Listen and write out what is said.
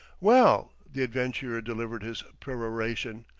well, the adventurer delivered his peroration,